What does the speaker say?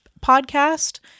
podcast